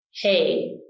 hey